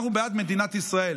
אנחנו בעד מדינת ישראל.